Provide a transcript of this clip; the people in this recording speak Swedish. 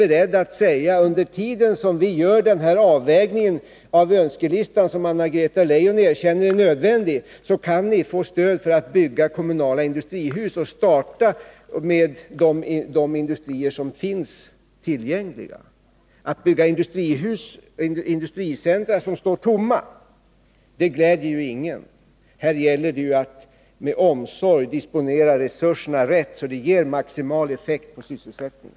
beredda att säga att man i dessa kommuner, medan vi gör den avvägning beträffande önskelistan som Anna-Greta Leijon erkänner är nödvändig, skall kunna få stöd för att bygga kommunala industrihus och där starta verksamhet vid de industrier som är tillgängliga. Att bygga industricentra som står tomma gläder ju ingen. Det gäller att med omsorg disponera resurserna på det området, så att de ger maximal effekt på sysselsättningen.